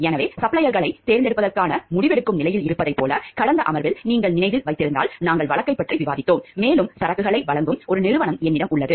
எனவே சப்ளையர்களைத் தேர்ந்தெடுப்பதற்கான முடிவெடுக்கும் நிலையில் இருந்ததைப் போல கடந்த அமர்வில் நீங்கள் நினைவில் வைத்திருந்தால் நாங்கள் வழக்கைப் பற்றி விவாதித்தோம் மேலும் சரக்குகளை வழங்கும் ஒரு நிறுவனம் என்னிடம் உள்ளது